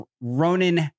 Ronan